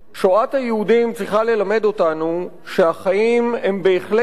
שואת היהודים צריכה ללמד אותנו שהחיים הם בהחלט